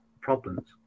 problems